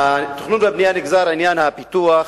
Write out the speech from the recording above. מהתכנון והבנייה נגזרים עניין הפיתוח,